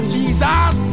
Jesus